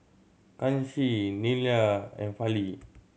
Kanshi Neila and Fali